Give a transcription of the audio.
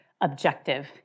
objective